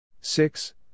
Six